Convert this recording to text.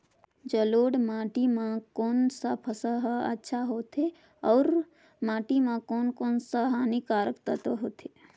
जलोढ़ माटी मां कोन सा फसल ह अच्छा होथे अउर माटी म कोन कोन स हानिकारक तत्व होथे?